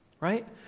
Right